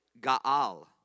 ga'al